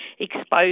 exposed